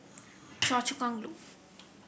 Choa Chu Kang Loop